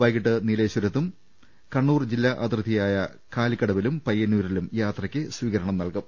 വൈകീട്ട് നീലേശ്വരത്തും കണ്ണൂർ ജില്ലാ അതിർത്തിയായ കാലിക്കടവിലും പയ്യ ന്നൂരിലും യാത്രക്ക് സ്വീകരണം നൽകും